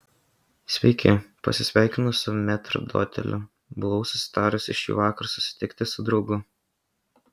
sveiki pasisveikinu su metrdoteliu buvau susitarusi šįvakar susitikti su draugu